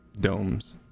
domes